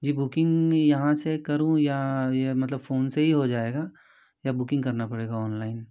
जी booking यहाँ से करूँ या ये मतलब फ़ोन से ही हो जाएगा या बुकिंग करना पड़ेगा ऑनलाइन